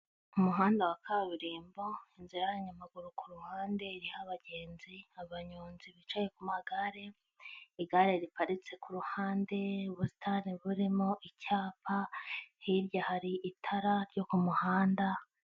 Umuhanda wa kaburimbo, inzira y'abanyamaguru kuruhande iriho abagenzi, abanyonzi bicaye ku magare. Igare riparitse kuru ruhande, ubusitani burimo icyapa, hirya hari itara ryo ku muhanda,...